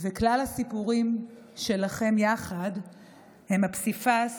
וכלל הסיפורים שלכם יחד מרכיבים הם הפסיפס